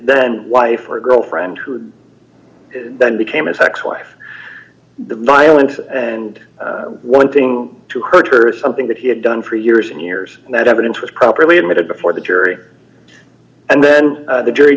then wife or girlfriend who then became a sex wife the violence and wanting to hurt her is something that he had done for years and years and that evidence was properly admitted before the jury and then the jury